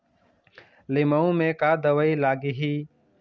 लिमाऊ मे का दवई लागिही?